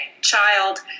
child